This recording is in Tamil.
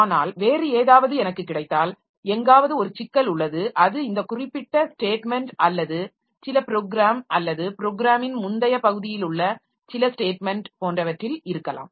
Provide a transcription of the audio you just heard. ஆனால் வேறு ஏதாவது எனக்கு கிடைத்தால் எங்காவது ஒரு சிக்கல் உள்ளது அது இந்த குறிப்பிட்ட ஸ்டேட்மென்ட் அல்லது சில ப்ரோக்ராம் அல்லது ப்ரோக்ராமின் முந்தைய பகுதியில் உள்ள சில ஸ்டேட்மென்ட் போன்றவற்றில் இருக்கலாம்